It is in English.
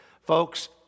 Folks